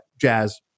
jazz